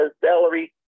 salary